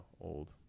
old